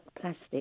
plastic